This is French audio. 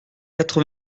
quatre